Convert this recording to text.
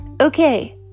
Okay